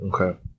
Okay